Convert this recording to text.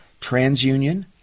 TransUnion